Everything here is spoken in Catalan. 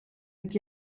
qui